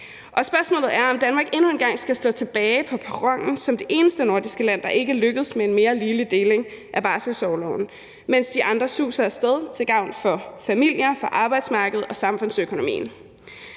Spørgsmålet er, om Danmark endnu en gang skal stå tilbage på perronen som det eneste nordiske land, der ikke lykkes med en mere ligelig deling af barselsorloven, mens de andre suser af sted til gavn for familier, for arbejdsmarkedet og samfundsøkonomien.